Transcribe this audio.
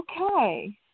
Okay